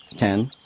ten.